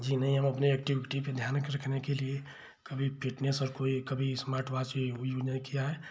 कभी नहीं हम अपने एक्टिविटी पे ध्यान रखने के लिए कभी फिटनेस और कभी स्मार्टवाच ही विनर किया है